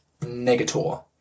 Negator